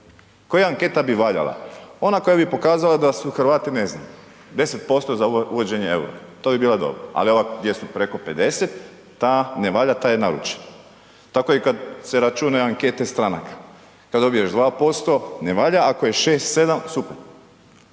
Koja anketa bi valjala? Ona koja bi pokazala da su Hrvati ne znam 10% za uvođenje eura, to bi bila dobra ali ova gdje su preko 50, ta ne valja, ta je naručena. Tako je i kad se računaju ankete stranaka, kad dobiješ 2% ne valja ako je 6, 7 super.